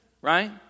right